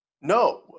No